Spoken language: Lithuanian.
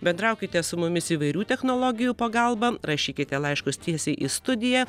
bendraukite su mumis įvairių technologijų pagalba rašykite laiškus tiesiai į studiją